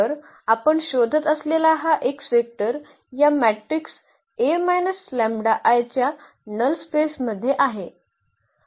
तर आपण शोधत असलेला हा x वेक्टर या मॅट्रिक्स च्या नल स्पेस मध्ये आहे